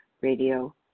radio